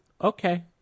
okay